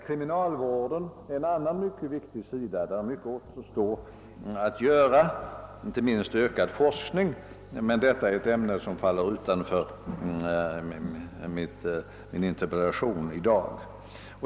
Kriminalvården är en annan mycket viktig sida, och på det området återstår mycket att göra. Det behövs inte minst ökad forskning, men detta är ett ämne som faller utanför ramen för min interpellation i dag.